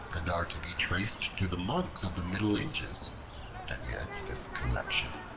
and are to be traced to the monks of the middle ages and yet this collection,